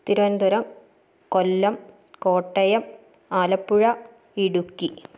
Thiruvananthapuram Kollam Kottayam Alappuzha Idukki